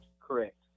correct